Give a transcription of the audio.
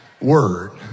word